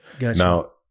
Now